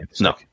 no